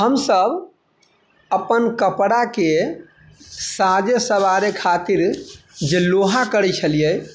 हमसब अपन कपड़ा के साजे सँवारे खातिर जे लोहा करै छलियै